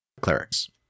clerics